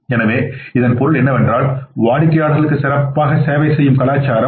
எனவே இதன் பொருள் என்னவென்றால் வாடிக்கையாளருக்கு சிறப்பாக சேவை செய்யும் கலாச்சாரம்